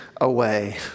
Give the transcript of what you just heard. away